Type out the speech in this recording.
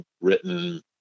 written